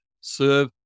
serve